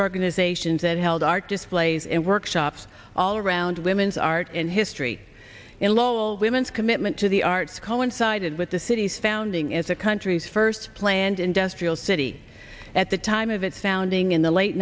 organizations that held our displays and workshops all around women's art and history in lowell women's commitment to the arts coincided with the city's founding as a country's first planned industrial city at the time of its founding in the late